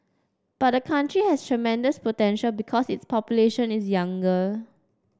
but the country has tremendous potential because its population is younger